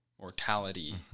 mortality